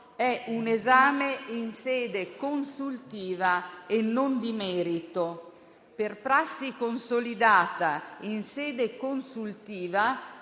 è un esame in sede consultiva e non di merito. Per prassi consolidata, in sede consultiva